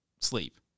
sleep